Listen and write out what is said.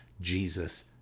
Jesus